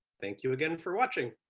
thank you again for watching.